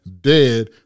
dead